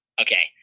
Okay